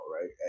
right